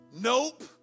Nope